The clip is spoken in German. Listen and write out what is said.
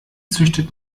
züchtet